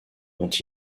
dont